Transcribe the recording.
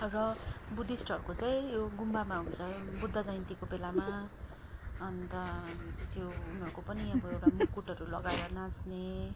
र बुद्धिस्टहरूको चाहिँ यो गुम्बामा हुन्छ बुद्ध जयन्तीको बेलामा अन्त त्यो उनीहरूको पनि अबो एउटा मुकुटहरू लगाएर नाच्ने